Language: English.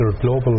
global